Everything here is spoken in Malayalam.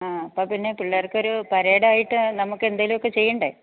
ആ അപ്പം പിന്നെ പിള്ളേർക്കൊരു പരേഡായിട്ട് നമുക്ക് എന്തെങ്കിലും ഒക്കെ ചെയ്യണ്ടേ